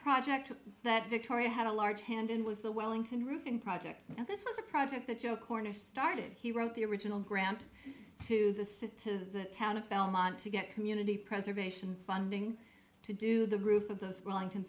project that victoria had a large hand in was the wellington roofing project and this was a project that joe cornish started he wrote the original grant to the city to town of belmont to get community preservation funding to do the roof of those welling